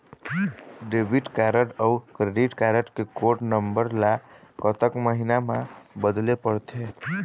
Debit card अऊ credit card के code number ला कतक महीना मा बदले पड़थे?